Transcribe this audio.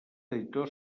editor